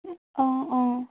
অঁ অঁ